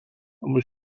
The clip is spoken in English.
was